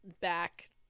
back